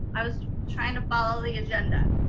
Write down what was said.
i was trying to follow the agenda.